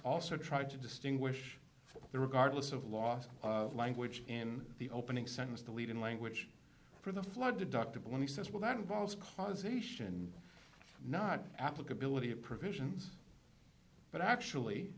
also tried to distinguish the regardless of last language in the opening sentence the leading language for the flood deductable when he says well that involves causation not applicability of provisions but actually